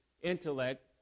intellect